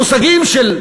המושגים של תעסוקה,